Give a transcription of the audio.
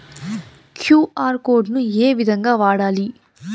QR code ను ఏ విధంగా వాడాలి?